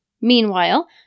Meanwhile